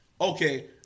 Okay